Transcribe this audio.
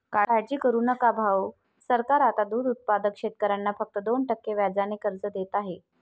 काळजी करू नका भाऊ, सरकार आता दूध उत्पादक शेतकऱ्यांना फक्त दोन टक्के व्याजाने कर्ज देत आहे